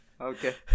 Okay